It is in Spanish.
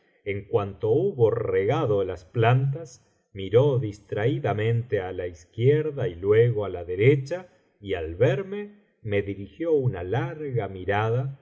en cuanto hubo regado las plantas miró distraídamente á la izquierda y luego á la derecha y al verme me dirigió una larga mirada